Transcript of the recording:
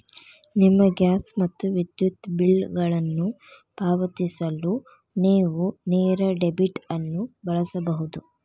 ನಿಮ್ಮ ಗ್ಯಾಸ್ ಮತ್ತು ವಿದ್ಯುತ್ ಬಿಲ್ಗಳನ್ನು ಪಾವತಿಸಲು ನೇವು ನೇರ ಡೆಬಿಟ್ ಅನ್ನು ಬಳಸಬಹುದು